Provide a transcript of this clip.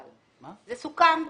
זה סוכם.